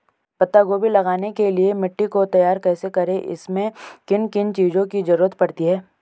पत्ता गोभी लगाने के लिए मिट्टी को तैयार कैसे करें इसमें किन किन चीज़ों की जरूरत पड़ती है?